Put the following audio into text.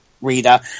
reader